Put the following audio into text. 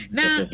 Now